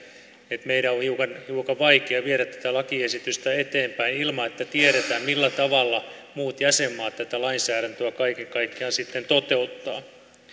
että meidän on hiukan hiukan vaikea viedä tätä lakiesitystä eteenpäin ilman että tiedetään millä tavalla muut jäsenmaat tätä lainsäädäntöä kaiken kaikkiaan sitten toteuttavat